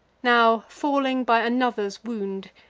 now, falling by another's wound,